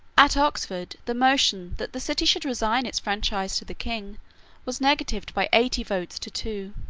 at oxford the motion that the city should resign its franchises to the king was negatived by eighty votes to two.